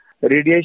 radiation